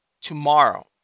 Tomorrow